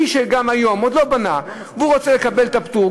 מי שגם היום עוד לא בנה והוא רוצה לקבל את הפטור,